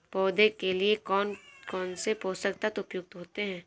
पौधे के लिए कौन कौन से पोषक तत्व उपयुक्त होते हैं?